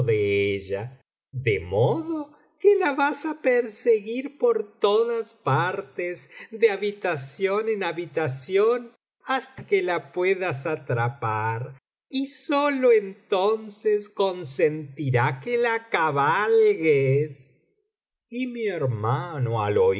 de modo que la vas á perseguir por todas partes de habitación en habitación hasta que la puedas atrapar y sólo entonces consentirá que la cabalgues y mi hermano al